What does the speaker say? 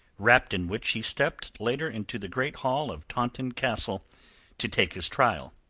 wrapped in which he stepped later into the great hall of taunton castle to take his trial.